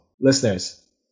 listeners